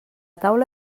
taula